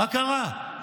מה קרה?